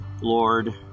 Lord